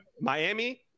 Miami